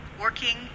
working